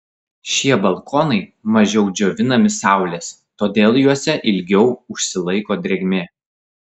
šie balkonai mažiau džiovinami saulės todėl juose ilgiau užsilaiko drėgmė